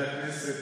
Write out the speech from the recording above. אדוני היושב-ראש,